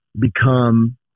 become